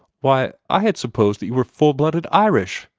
why, i had supposed that you were full blooded irish,